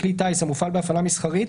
בכלי טיס המופעל בהפעלה מסחרית,